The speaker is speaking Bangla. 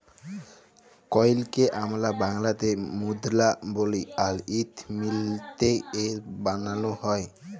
কইলকে আমরা বাংলাতে মুদরা বলি আর ইট মিলটে এ বালালো হয়